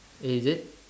is it